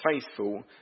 faithful